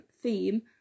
theme